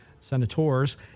Senators